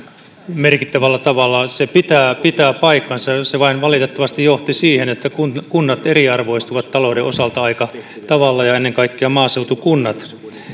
merkittävällä tavalla se pitää pitää paikkansa se vain valitettavasti johti siihen että kunnat eriarvoistuivat talouden osalta aika tavalla ja ennen kaikkea maaseutukunnat